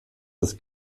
des